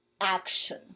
action